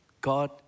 God